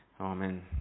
Amen